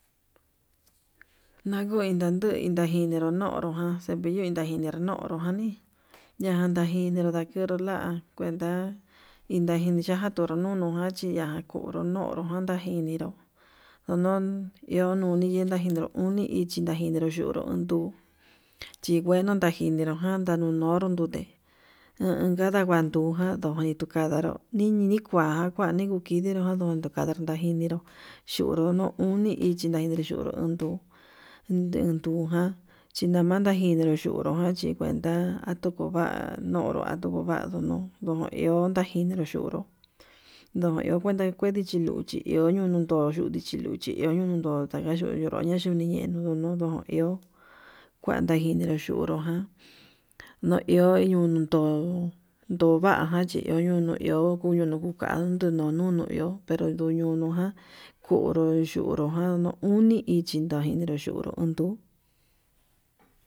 Naguu indandu itajinero nunro jan cepillo intajininró nonro jani, yan tanjininró la'a kuenta itaji yaka tunru nunu jan chiyakuru nonru jan chiyajininró ndonon iho noni ndajinero uni ichi ndajiniro nduu chingueno ndajinero nanda nunonro ndute en uun kanda huanduja yoni tuu kanaró, nini kua kuani kukikenró nodon kata kajineró xhiunru nuu uni ichi naidido xhunru undu unduján chinamanda njineru chu'u nunro jan chi kuenta atuku va'a nuu ndonro atuku va'a nundu ndon iho tajinero xhukuru ndo iho kuenta chí iho nundutu ndoño xhiluchi iho ñonondo taka ñonrono nayuniñen nunu ndon ihó kuenta jineru xhunru han ño'o iho nundo, ndovajan chi iho nuño iho kuñu nuu kuu kandu nununo iho pero nduyunu ján kunru yunru jan uni ichi ndu juninru yunrú uun ndu'ú.